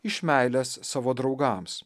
iš meilės savo draugams